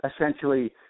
essentially